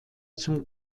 zum